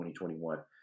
2021